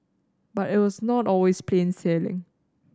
but it was not always plain sailing